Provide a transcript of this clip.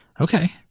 okay